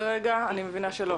כרגע, אני מבינה שלא.